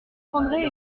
prendrai